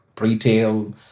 retail